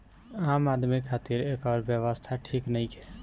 आम आदमी खातिरा एकर व्यवस्था ठीक नईखे